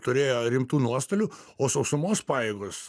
turėjo rimtų nuostolių o sausumos pajėgos